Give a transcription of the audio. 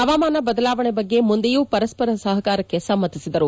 ಪವಾಮಾನ ಬದಲಾವಣೆ ಬಗ್ಗೆ ಮುಂದೆಯೂ ಪರಸ್ವರ ಸಹಕಾರಕ್ಕೆ ಸಮ್ನತಿಸಿದರು